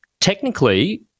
technically